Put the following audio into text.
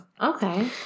Okay